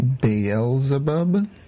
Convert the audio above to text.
Beelzebub